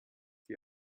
die